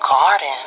garden